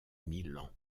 milan